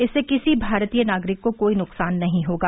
इससे किसी भारतीय नागरिक को कोई नुकसान नहीं होगा